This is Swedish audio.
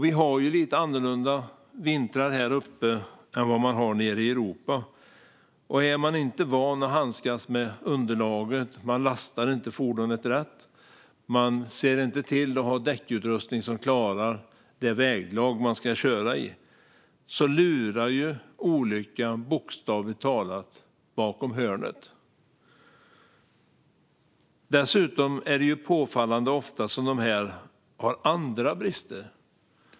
Vi har lite annorlunda vintrar här uppe än vad de har nere i Europa, och om man inte är van att handskas med underlaget - om man inte lastar fordonet rätt och inte ser till att ha däckutrustning som klarar det väglag man ska köra i - lurar olyckan bokstavligt talat runt hörnet. Dessutom har dessa ekipage påfallande ofta andra brister.